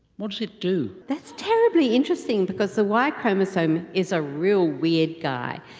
what does it do? that's terribly interesting because the y chromosome is a real weird guy.